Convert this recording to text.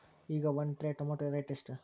ಈಗ ಒಂದ್ tray tomato rate ಎಷ್ಟ?